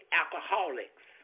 alcoholics